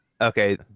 Okay